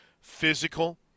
physical